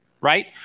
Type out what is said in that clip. right